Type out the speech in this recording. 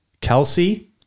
Kelsey